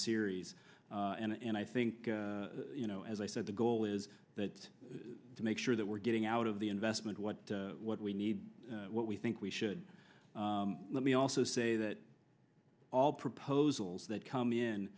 series and i think you know as i said the goal is that to make sure that we're getting out of the investment what what we need what we think we should let me also say that all proposals that come in